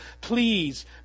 please